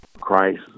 Christ